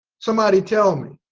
somebody tell me